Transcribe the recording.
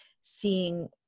seeing